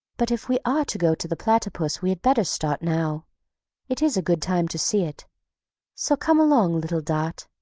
but if we are to go to the platypus we had better start now it is a good time to see it so come along, little dot,